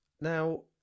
Now